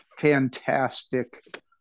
fantastic